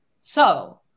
So-